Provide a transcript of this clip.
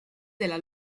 della